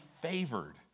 favored